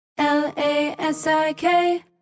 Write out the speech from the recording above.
L-A-S-I-K